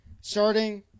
Starting